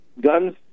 guns